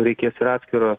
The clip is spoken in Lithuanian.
reikės ir atskiro